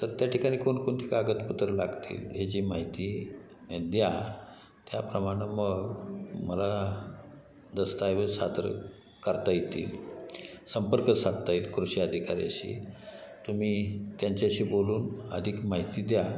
तर त्या ठिकाणी कोणकोणती कागदपत्रं लागतील याची माहिती द्या त्याप्रमाणे मग मला दस्तऐवज सादर करता येतील संपर्क साधता येत कृषी अधिकाऱ्याशी तुम्ही त्यांच्याशी बोलून अधिक माहिती द्या